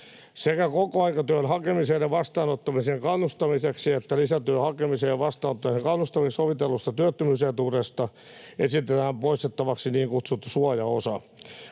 Sekä kokoaikatyön hakemiseen ja vastaanottamiseen kannustamiseksi että lisätyön hakemiseen ja vastaanottamiseen kannustamiseksi sovitellusta työttömyysetuudesta esitetään poistettavaksi niin kutsuttu suojaosa.